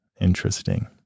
interesting